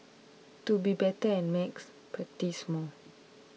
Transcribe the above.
to be better at maths practise more